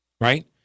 right